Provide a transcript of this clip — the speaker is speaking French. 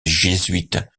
jésuite